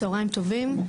צהריים טובים,